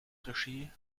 regie